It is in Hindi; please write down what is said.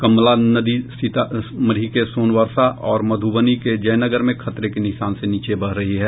कमला नदी सीतामढ़ी के सोनबरसा और मधुबनी के जयनगर में खतरे के निशान से नीचे बह रही है